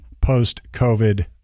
post-COVID